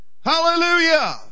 Hallelujah